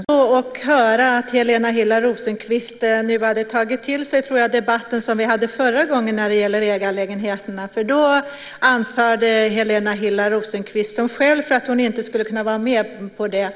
Herr talman! Det var intressant att höra att Helena Hillar Rosenqvist nu har tagit till sig den debatt som vi hade förra gången när det gäller ägarlägenheter. Då anförde Helena Hillar Rosenqvist som skäl att hon inte skulle kunna gå med på det,